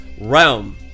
realm